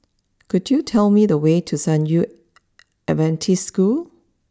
could you tell me the way to San Yu Adventist School